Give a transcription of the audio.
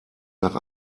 nach